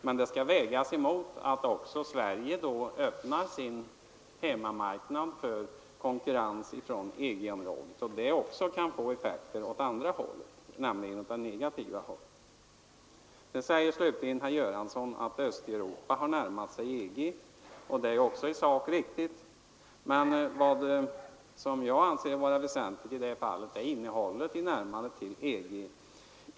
Men det skall vägas mot att Sverige då också öppnar sin hemmamarknad för konkurrensen från EG-området. Det kan därför få effekter åt andra hållet, nämligen mot det negativa. Slutligen säger herr Göransson att Östeuropa har närmat sig EG, och det är också i sak riktigt. Men det jag anser vara väsentligt i det fallet är innehållet i närmandet till EG.